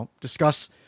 discuss